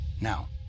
Now